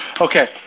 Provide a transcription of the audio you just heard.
Okay